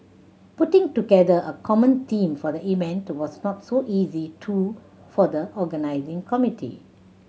putting together a common theme for the event was not so easy too for the organising committee